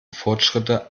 fortschritte